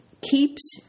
keeps